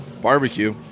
barbecue